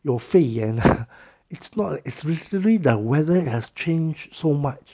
有肺炎 it's not it's really the weather has changed so much